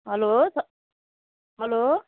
hello स् hello